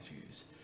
views